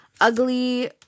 ugly